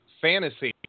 Fantasy